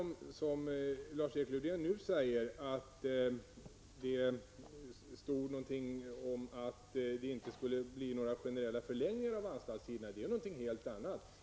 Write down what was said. Men det som Lars-Erik Lövdén nu tar upp om att det stod någonting om att det inte skulle bli några generella förlängningar av anstaltstiderna, är en helt annan sak.